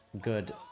good